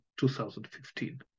2015